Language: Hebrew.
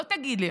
לא תגיד לי,